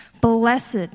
Blessed